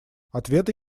ответа